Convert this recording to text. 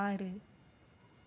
ஆறு